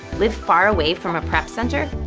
live far away from a prep center,